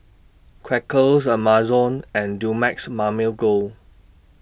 Quaker Amazon and Dumex Mamil Gold